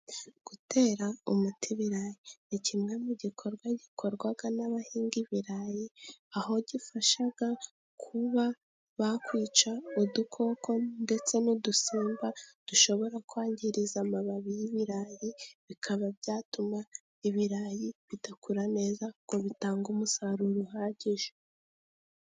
Gutera umuti ibirayi ni kimwe mu gikorwa gikorwa n'abahinga ibirayi , aho gifasha kuba bakwica udukoko ndetse n'udusimba dushobora kwangiriza amababi y'ibirayi , bikaba byatuma ibirayi bidakura neza , kuko bitanga umusaruro uhagije.